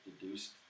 deduced